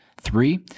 three